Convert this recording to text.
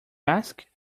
ask